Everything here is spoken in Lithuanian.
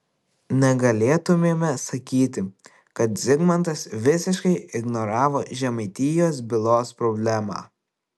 negalėtumėme sakyti kad zigmantas visiškai ignoravo žemaitijos bylos problemą